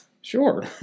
Sure